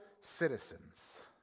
citizens